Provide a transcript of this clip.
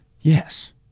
Yes